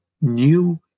new